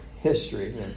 history